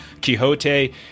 Quixote